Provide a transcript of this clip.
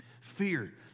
Fear